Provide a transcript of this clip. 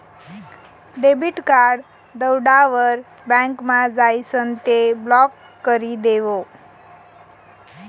debit card दवडावर बँकमा जाइसन ते ब्लॉक करी देवो